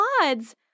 odds